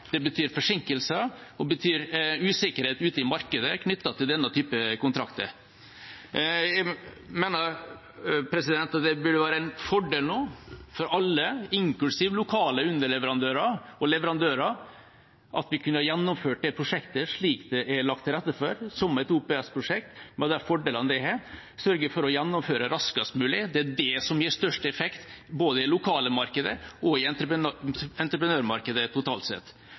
Det betyr forsinkelser, og det betyr usikkerhet ute i markedet knyttet til denne typen kontrakter. Jeg mener det burde være en fordel nå for alle, inklusiv lokale underleverandører og leverandører, at vi kunne gjennomført det prosjektet slik det er lagt til rette for, som et OPS-prosjekt med de fordelene det har, og sørget for å gjennomføre det raskest mulig. Det er det som gir størst effekt både i det lokale markedet og i entreprenørmarkedet totalt sett.